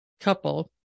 couple